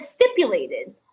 stipulated